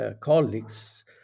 colleagues